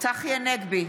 צחי הנגבי,